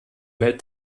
welt